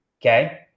okay